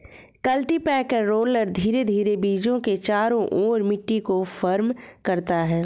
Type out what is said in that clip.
cultipacker roller धीरे धीरे बीजों के चारों ओर मिट्टी को फर्म करता है